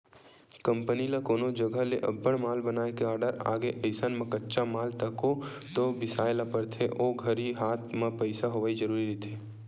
company ल कोनो जघा ले अब्बड़ माल बनाए के आरडर आगे अइसन म कच्चा माल तको तो बिसाय ल परथे ओ घरी हात म पइसा होवई जरुरी रहिथे